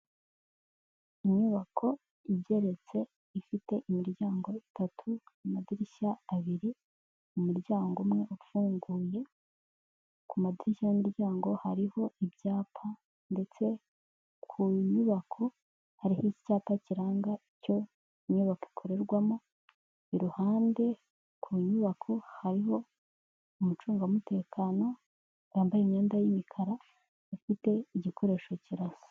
Inyubako igeretse ifite imiryango itatu, amadirishya abiri, umuryango umwe ufunguye, ku madirishya y'umuryango hariho ibyapa, ndetse ku nyubako hariho icyapa kiranga icyo inyubako ikorerwamo, iruhande ku nyubako hariho umucungamutekano, yambaye imyenda y'imikara, afite igikoresho kirasa.